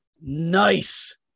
Nice